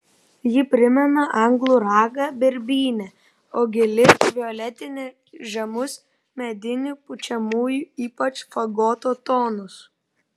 ji primena anglų ragą birbynę o gili violetinė žemus medinių pučiamųjų ypač fagoto tonus